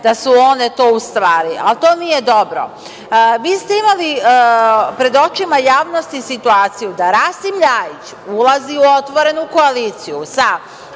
da su one to u stvari, a to nije dobro. Vi ste imali pred očima javnosti situaciju da Rasim LJajić ulazi u otvorenu koaliciju sa